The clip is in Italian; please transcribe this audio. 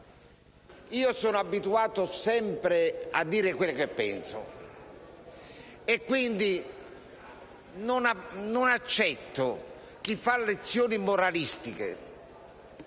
Io sono abituato a dire sempre quello che penso, per cui non accetto chi fa lezioni moralistiche